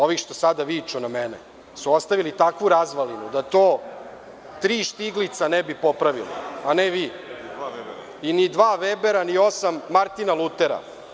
Ovi što sada viču na mene su ostavili takvu razvalinu da to tri štiglica ne bi popravilo, a ne vi, ni dva Vebera, ni osam Martina Lutera.